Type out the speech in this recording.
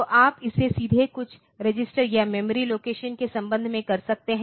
तो आप इसे सीधे कुछ रजिस्टर या मेमोरी लोकेशन के संबंध में कर सकते हैं